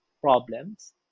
problems